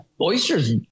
oysters